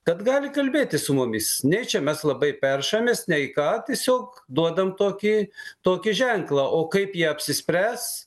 kad gali kalbėtis su mumis nei čia mes labai peršamės ne ką tiesiog duodam tokį tokį ženklą o kaip jie apsispręs